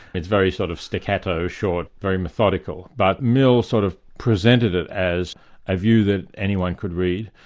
it's very sort of staccato, short, very methodical, but mill sort of presented it as a view that anyone could read.